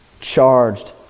charged